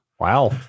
Wow